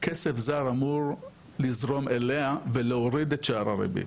כסף זר אמור לזרום אליה ולהוריד את שער הריבית.